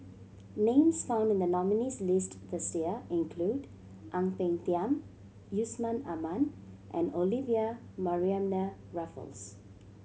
names found in the nominees' list this year include Ang Peng Tiam Yusman Aman and Olivia Mariamne Raffles